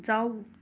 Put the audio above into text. जाउ